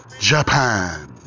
Japan